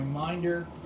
reminder